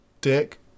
dick